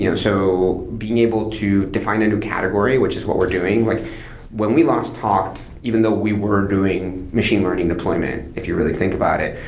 you know so being able to define a new category, which is what we're doing, like when we lost talked, even though we were doing machine learning deployment if you really think about it,